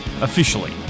Officially